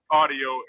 audio